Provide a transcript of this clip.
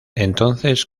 entonces